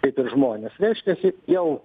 kiti žmonės reiškiasi jau